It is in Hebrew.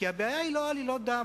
כי הבעיה היא לא עלילות דם.